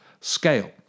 scale